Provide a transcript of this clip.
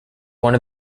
one